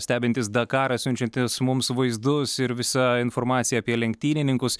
stebintys dakarą siunčiantys mums vaizdus ir visą informaciją apie lenktynininkus